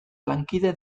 lankide